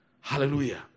Hallelujah